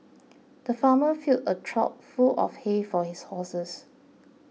the farmer filled a trough full of hay for his horses